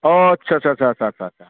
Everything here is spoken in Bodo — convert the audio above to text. अह आथसा आथसा आथसा आथसा आथसा